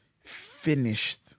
finished